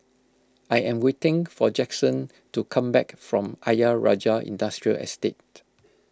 I am waiting for Jaxon to come back from Ayer Rajah Industrial Estate